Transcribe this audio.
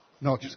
No